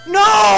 no